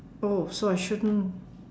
oh so I shouldn't